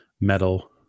metal